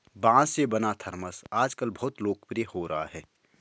बाँस से बना थरमस आजकल बहुत लोकप्रिय हो रहा है